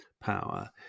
power